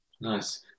nice